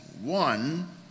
One